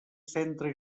centre